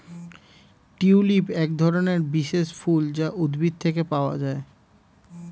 tulip একধরনের বিশেষ ফুল যা উদ্ভিদ থেকে পাওয়া যায়